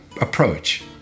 approach